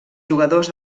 jugadors